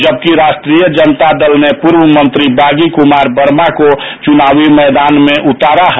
जबकि राष्ट्रीय जनता दल ने पूर्व मंत्री बागी कुमार वर्मा को चुनावी मैदान में उतारा है